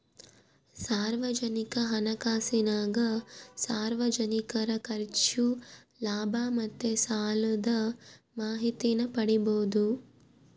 ಸಾರ್ವಜನಿಕ ಹಣಕಾಸಿನಾಗ ಸಾರ್ವಜನಿಕರ ಖರ್ಚು, ಲಾಭ ಮತ್ತೆ ಸಾಲುದ್ ಮಾಹಿತೀನ ಪಡೀಬೋದು